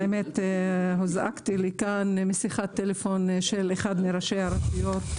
האמת הוזעקתי לכאן משיחת טלפון של אחד מראשי הרשויות,